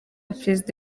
perezida